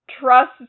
trust